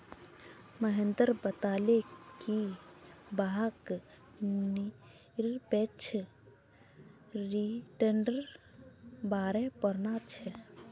महेंद्र कहले कि वहाक् निरपेक्ष रिटर्न्नेर बारे पढ़ना छ